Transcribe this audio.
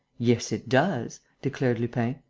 yes, it does, declared lupin.